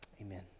Amen